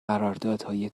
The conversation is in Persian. قراردادهای